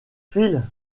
phil